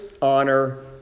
honor